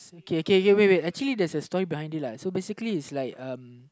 okay okay wait wait actually there's a story behind it ah so basically it's like uh